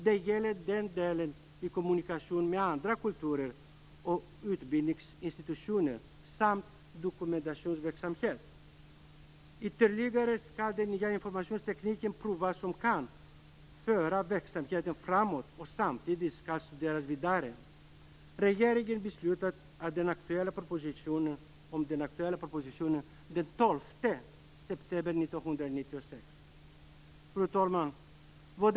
Det gäller i kommunikation med andra kulturer och utbildningsinstitutioner samt med dokumentationsenheten. Vidare skall den nya informationstekniken, som kan föra verksamheten framåt, prövas. Den skall samtidigt studeras vidare. Regeringen beslutade om den aktuella propositionen den 12 september 1996. Fru talman!